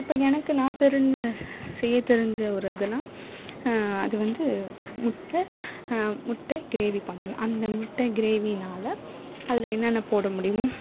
இப்போ எனக்கு நான் செரிஞ்ச செய்யத் தெரிஞ்ச ஒரு இதுன்னால் அது வந்து முட்டை முட்டை க்ரேவி பண்ணணும் அந்த முட்டை க்ரேவினால் அதில் என்னென்ன போட முடியுமோ